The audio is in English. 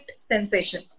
sensation